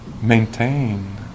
maintain